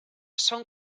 són